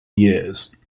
years